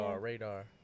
radar